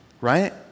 Right